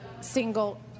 single